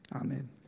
Amen